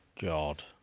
God